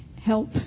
help